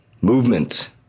movement